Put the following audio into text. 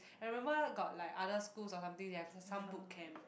I remember got like other schools or something they have some boot camp